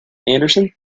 andersson